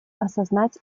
осознать